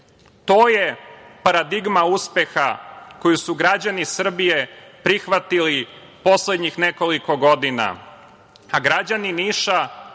je paradigma uspeha koji su građani Srbije prihvatili poslednjih nekoliko godina,